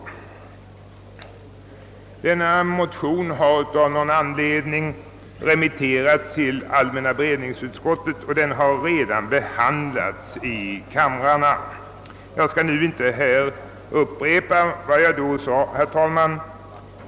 Ifrågavarande motion har emellertid av någon anledning remitterats till allmänna beredningsutskottet och är redan behandlad i kamrarna. Jag skall inte nu, herr talman, upprepa vad jag vid det tillfället anförde.